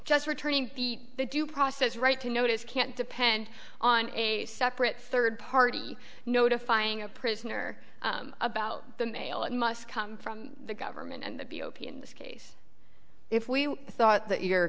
just returning the due process right to notice can't depend on a separate third party notifying a prisoner about the mail it must come from the government and the b o p in this case if we thought that your